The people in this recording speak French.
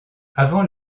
avant